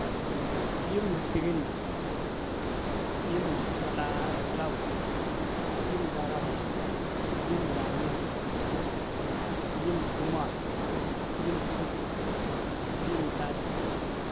Shiya litirin na, yim- talaa talaakuwa, yim- larabuwa, yim- lamisuwa, yim- zumowa, yim- subduwa, yim- laduwa.